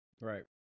right